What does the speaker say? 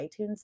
iTunes